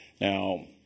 Now